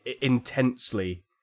intensely